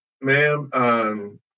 ma'am